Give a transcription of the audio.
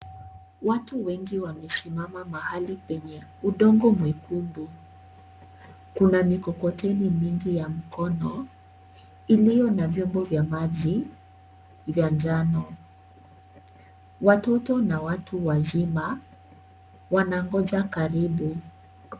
Watu wengi wamesimama mahali penye udongo mwekundu, kuna mikokoteni mingi ya mkono, iliyo na vyombo vya maji, vya njano, watoto na watu wazima, wanangoja karibu.